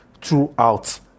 throughout